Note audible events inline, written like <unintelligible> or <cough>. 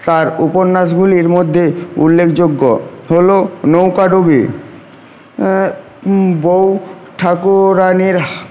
তাঁর উপন্যাসগুলির মধ্যে উল্লেখযোগ্য হল নৌকাডুবি বৌ ঠাকুরানীর <unintelligible>